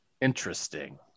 Interesting